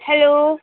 hello